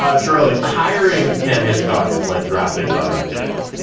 um chiarelli. hiring ken hitchcock is like drafting connor mcdavid.